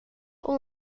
all